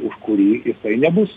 už kurį jisai nebus